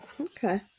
okay